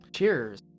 Cheers